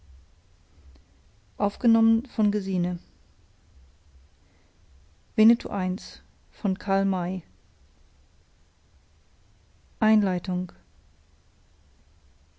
winnetou von einem